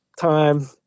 time